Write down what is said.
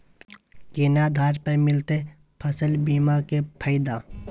केना आधार पर मिलतै फसल बीमा के फैदा?